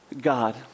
God